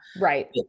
Right